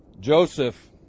Joseph